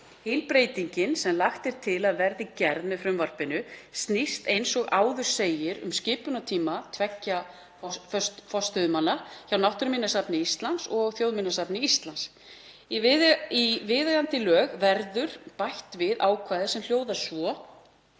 Hin breytingin sem lagt er til að verði gerð með frumvarpinu snýst, eins og áður segir, um skipunartíma tveggja forstöðumanna hjá Náttúruminjasafni Íslands og Þjóðminjasafni Íslands. Í viðeigandi lög verði bætt við ákvæði sem hljóðar svo: